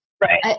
right